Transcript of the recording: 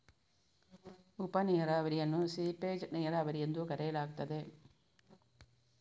ಉಪ ನೀರಾವರಿಯನ್ನು ಸೀಪೇಜ್ ನೀರಾವರಿ ಎಂದೂ ಕರೆಯಲಾಗುತ್ತದೆ